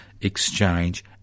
exchange